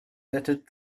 littered